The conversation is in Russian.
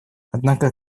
однако